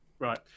Right